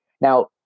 Now